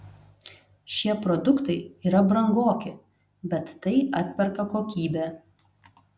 šie produktai yra brangoki bet tai atperka kokybė